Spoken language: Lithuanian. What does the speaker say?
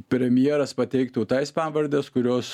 premjeras pateiktų tais pavardes kurios